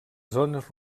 zones